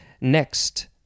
Next